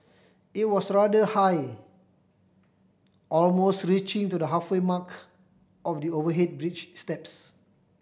it was rather high almost reaching to the halfway mark of the overhead bridge steps